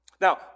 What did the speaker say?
Now